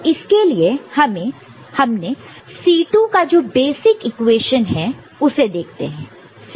तो इसके लिए हम C2 का जो बेसिक इक्वेशन है उसे देखते हैं